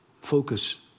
focus